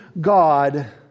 God